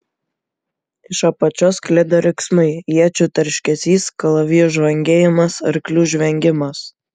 iš apačios sklido riksmai iečių tarškesys kalavijų žvangėjimas arklių žvengimas